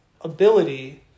ability